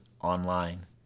online